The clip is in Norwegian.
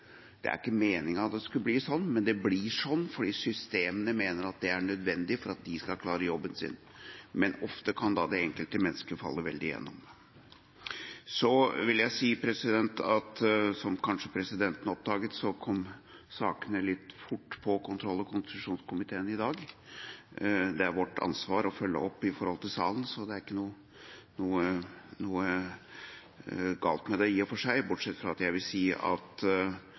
Det var ikke meningen at det skulle bli sånn, men det blir sånn fordi man i systemene mener det er nødvendig for å klare jobben. Ofte kan da det enkelte menneske falle veldig gjennom. Som presidenten kanskje oppdaget, kom sakene litt fort på kontroll- og konstitusjonskomiteen i dag. Det er vårt ansvar å følge opp overfor salen, så det er i og for seg ikke noe galt med det, bortsett fra at det var ikke egentlig uttrykk for noen nonchalanse fra